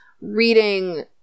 reading